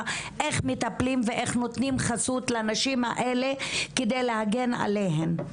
איך מטפלים ואיך נותנים חסות לאנשים האלה כדי להגן עליהם.